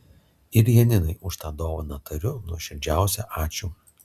ir janinai už tą dovaną tariu nuoširdžiausią ačiū